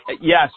yes